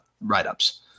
write-ups